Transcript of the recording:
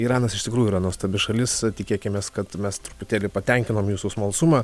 iranas iš tikrųjų yra nuostabi šalis tikėkimės kad mes truputėlį patenkinom jūsų smalsumą